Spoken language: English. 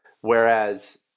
Whereas